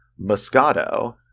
Moscato